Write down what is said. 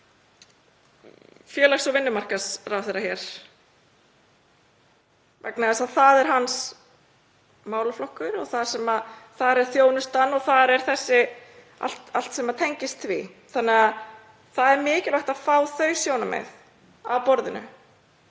félags- og vinnumarkaðsráðherra hér vegna þess að það er hans málaflokkur og þar er þjónustan og allt sem tengist því. Það er mikilvægt að fá þau sjónarmið að borðinu,